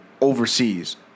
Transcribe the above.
Overseas